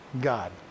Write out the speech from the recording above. God